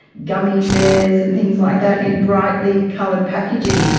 gummy bears and things like that, in brightly coloured packaging.